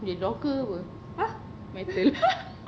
dia docker ke apa metal